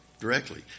directly